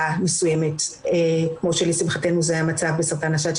מסוימת כמו שלשמחתנו זה המצב בסרטן השד,